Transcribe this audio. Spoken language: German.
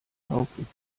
kaufen